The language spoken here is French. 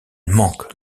manque